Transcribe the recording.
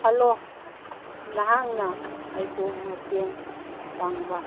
hello ꯅꯍꯥꯛꯅ ꯑꯩꯕꯨ ꯃꯇꯦꯡ ꯄꯥꯡꯕ